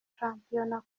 shampiona